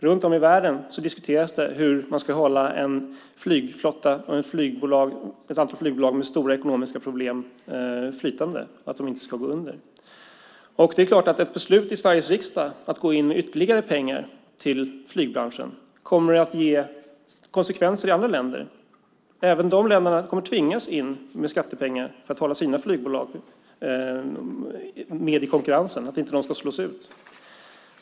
Runt om i världen diskuteras det hur man ska hålla en flygflotta och ett antal flygbolag med stora ekonomiska problem flytande. Ett beslut i Sveriges riksdag om att gå in med ytterligare pengar till flygbranschen kommer att ge konsekvenser i andra länder. Även de länderna kommer att tvingas att gå in med skattepengar för att inte deras flygbolag ska slås ut av konkurrensen.